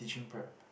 teaching prep